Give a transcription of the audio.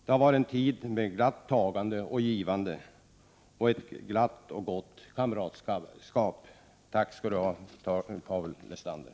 Det har varit en tid med glatt tagande och givande samt ett glatt och gott kamratskap. Tack skall du ha, Paul Lestander!